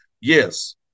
yes